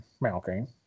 Malcolm